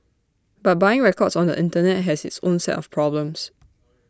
but buying records on the Internet has its own set of problems